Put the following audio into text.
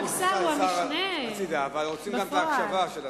אבל אם אין שר צריך לסגור את המליאה.